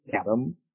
Adam